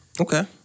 Okay